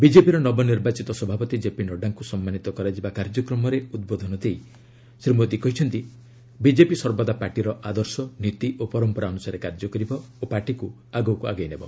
ବିଜେପିର ନବନିର୍ବାଚିତ ସଭାପତି କେପି ନଡ୍ରାଙ୍କୁ ସମ୍ମାନିତ କରାଯିବା କାର୍ଯ୍ୟକ୍ରମରେ ଉଦ୍ବୋଧନ ଦେଇ ଶ୍ରୀ ମୋଦୀ କହିଛନ୍ତି ବିଜେପି ସର୍ବଦା ପାର୍ଟିର ଆଦର୍ଶ ନୀତି ଓ ପରମ୍ପରା ଅନୁସାରେ କାର୍ଯ୍ୟ କରିବ ଓ ପାର୍ଟିକୁ ଆଗକୁ ଆଗେଇ ନେବ